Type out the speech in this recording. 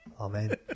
Amen